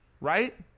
right